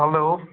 hello